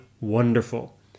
wonderful